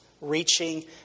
reaching